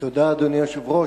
תודה, אדוני היושב-ראש.